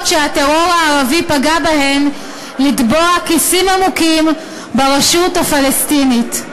שהטרור הערבי פגע בהן לתבוע כיסים עמוקים ברשות הפלסטינית.